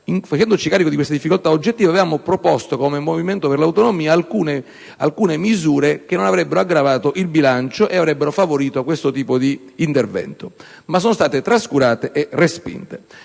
facendoci carico di questa difficoltà oggettiva, avevamo proposto come Movimento per le Autonomie alcune misure che non avrebbero aggravato il bilancio e avrebbero favorito questo tipo di intervento, ma sono state trascurate e respinte.